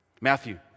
Matthew